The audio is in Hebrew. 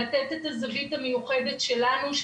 לתת את הזווית המיוחדת שלנו,